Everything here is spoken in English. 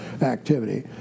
activity